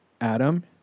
Adam